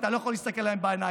אתה לא יכול להסתכל להם בעיניים,